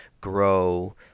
grow